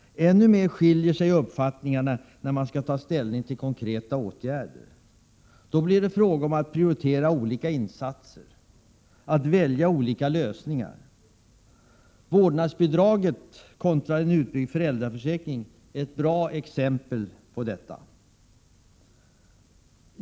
Ännu mera skiljer sig uppfattningarna när man skall ta ställning till konkreta åtgärder. Då blir det fråga om att prioritera olika insatser eller välja olika lösningar. Vårdnadsbidraget kontra en utbyggd föräldraförsäkring är ett bra exempel på detta.